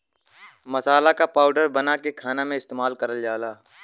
मसाला क पाउडर बनाके खाना में इस्तेमाल करल जाला